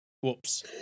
whoops